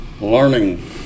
learning